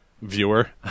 viewer